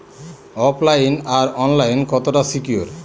ওফ line আর online কতটা secure?